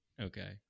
Okay